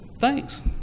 thanks